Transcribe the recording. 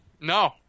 No